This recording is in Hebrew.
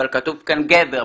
אבל כתוב כאן גבר,